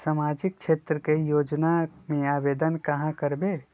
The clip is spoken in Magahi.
सामाजिक क्षेत्र के योजना में आवेदन कहाँ करवे?